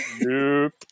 Nope